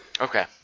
Okay